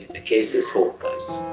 the case is hopeless.